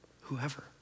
Whoever